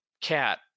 cat